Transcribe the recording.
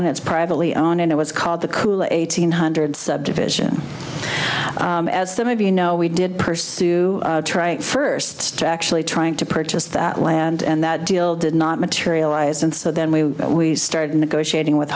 own it's privately owned and it was called the cool eight hundred subdivision as some of you know we did pursue first actually trying to purchase that land and that deal did not materialize and so then we we started negotiating with